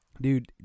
Dude